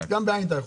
גם בעי"ן אתה יכול.